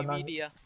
media